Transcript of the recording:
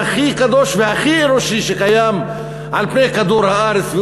והכי קדוש והכי אנושי שקיים על פני כדור-הארץ,